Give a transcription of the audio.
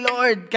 Lord